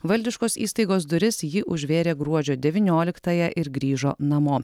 valdiškos įstaigos duris ji užvėrė gruodžio devynioliktąją ir grįžo namo